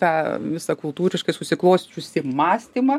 tą visą kultūriškai susiklosčiusį mąstymą